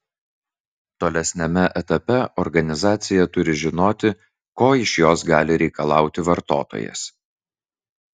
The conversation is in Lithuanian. tolesniame etape organizacija turi žinoti ko iš jos gali reikalauti vartotojas